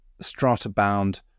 strata-bound